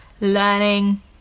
learning